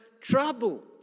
trouble